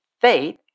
faith